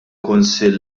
kunsill